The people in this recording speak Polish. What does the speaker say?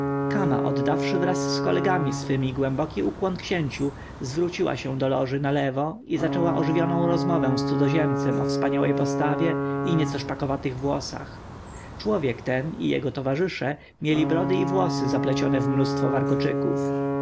oddawszy wraz z kolegami swymi głęboki ukłon księciu zwróciła się do loży na lewo i zaczęła ożywioną rozmowę z cudzoziemcem o wspaniałej postawie i nieco szpakowatych włosach człowiek ten i jego towarzysze mieli brody i włosy zaplecione w mnóstwo warkoczyków